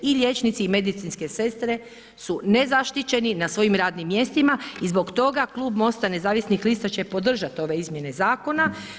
I liječnici i medicinske sestre su nezaštićeni na svojim radnim mjestima i zbog toga klub Mosta nezavisnih lista će podržat ove izmjene zakona.